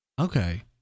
Okay